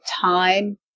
time